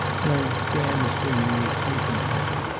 no. graham is bringing me a sleeping-powder.